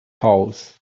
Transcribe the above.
house